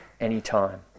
anytime